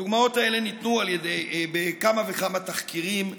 הדוגמאות האלה ניתנו בכמה וכמה תחקירים שנעשו.